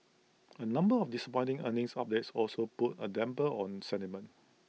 A number of disappointing earnings updates also put A dampener on sentiment